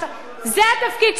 זה התפקיד שלנו,